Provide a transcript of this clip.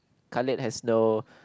Khalid has no